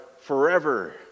forever